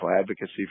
advocacy